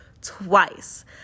twice